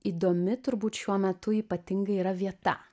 įdomi turbūt šiuo metu ypatingai yra vieta